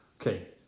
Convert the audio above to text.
Okay